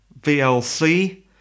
VLC